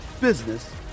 business